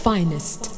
Finest